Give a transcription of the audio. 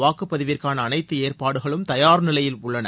வாக்குப்பதிவிற்கான அனைத்து ஏற்பாடுகளும் தயார் நிலையில் உள்ளன